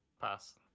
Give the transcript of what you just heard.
Pass